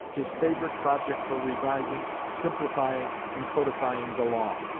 his favourite project for revising, simplifying, and codifying the law.